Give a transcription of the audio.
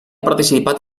participat